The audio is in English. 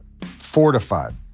fortified